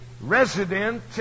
resident